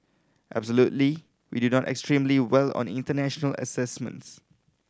absolutely we do extremely well on international assessments